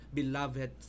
beloved